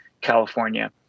California